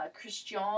Christian